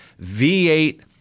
V8